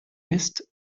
ist